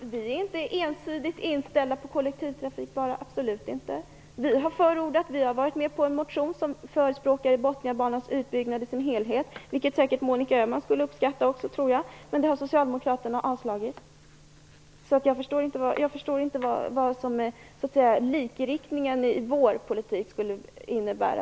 Vi är inte ensidigt inställda på kollektivtrafik, absolut inte. Vi har varit med på en motion där man förespråkar Botniabanans utbyggnad i dess helhet, vilket jag tror att även Monica Öhman skulle uppskatta. Men socialdemokraterna har avvisat detta. Jag förstår inte vad likriktningen i vår politik skulle innebära.